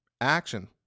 action